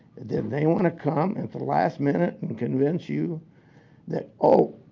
then they want to come at the last minute and convince you that, oh,